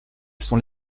sont